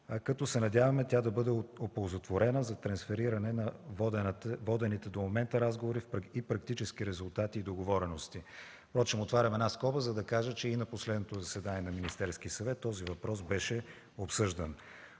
като се надяваме тя да бъде оползотворена за трансфериране на водените до момента разговори, практически резултати и договорености. Впрочем отварям една скоба, за да кажа, че и на последното заседание на Министерския съвет този въпрос беше обсъждан.